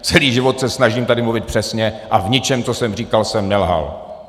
Celý život se snažím tady mluvit přesně a v ničem, co jsem říkal, jsem nelhal.